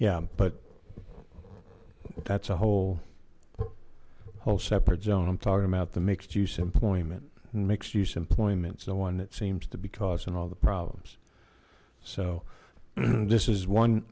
yeah but that's a whole whole separate zone i'm talking about to mix juice employment and makes use employments the one that seems to be causing all the problems so this is one